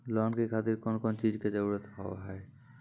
Loan के खातिर कौन कौन चीज के जरूरत हाव है?